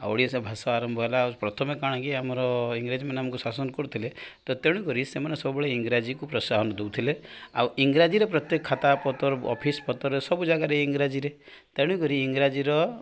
ଆଉ ଓଡ଼ିଆ ଭାଷା ଆରମ୍ଭ ହେଲା ଆଉ ପ୍ରଥମେ କାଣା କିି ଆମର ଇଂରାଜୀମାନେ ଆମକୁ ଶାସନ କରୁଥିଲେ ତ ତେଣୁକରି ସେମାନେ ସବୁବେଳେ ଇଂରାଜୀକୁ ପ୍ରୋତ୍ସାହନ ଦଉଥିଲେ ଆଉ ଇଂରାଜୀରେ ପ୍ରତ୍ୟେକ ଖାତା ପତର ଅଫିସ୍ ପତରରେ ସବୁ ଜାଗାରେ ଇଂରାଜୀରେ ତେଣୁକରି ଇଂରାଜୀର